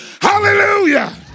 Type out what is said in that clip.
Hallelujah